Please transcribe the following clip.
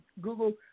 Google